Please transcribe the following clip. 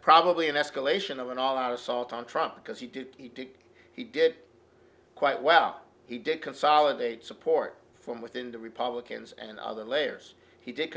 probably an escalation of an all out assault on trump because he did he did he did quite well he did consolidate support from within the republicans and other layers he did